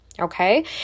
Okay